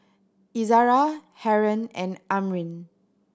Izzara Haron and Amrin